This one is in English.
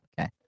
okay